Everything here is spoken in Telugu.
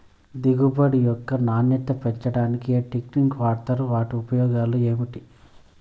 దిగుబడి యొక్క నాణ్యత పెంచడానికి ఏ టెక్నిక్స్ వాడుతారు వాటి ఉపయోగాలు ఏమిటి?